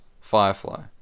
Firefly